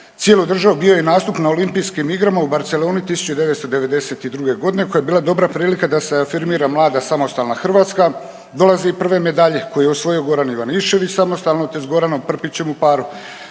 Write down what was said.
cijelu državu bio je nastup na Olimpijskim igrama u Barceloni 1992. godine koja je bila dobra prilika da se afirmira mlada, samostalna Hrvatska. Dolaze i prve medalje koje je osvojio Goran Ivanišević samostalno, te s Goranom Prpićem u paru.